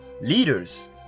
leaders